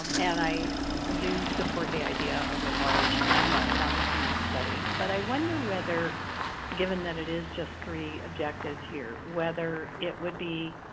um and i do support the idea of a large you know longitudinal study, but i wonder whether given that it is just three objectives here, whether it would be